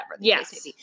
Yes